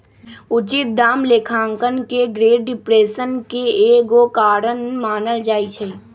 उचित दाम लेखांकन के ग्रेट डिप्रेशन के एगो कारण मानल जाइ छइ